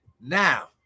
Now